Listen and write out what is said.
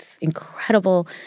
incredible